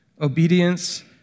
Obedience